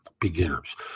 beginners